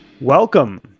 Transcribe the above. Welcome